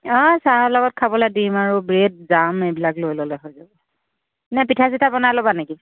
অঁ চাহৰ লগত খাবলৈ ডিম আৰু ব্ৰেড জাম এইবিলাক লৈ ল'লে হ'ল নে পিঠা চিঠা বনাই ল'বা নেকি